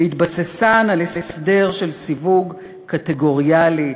בהתבססן על הסדר של סיווג קטגוריאלי,